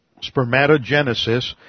spermatogenesis